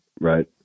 Right